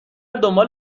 دنبال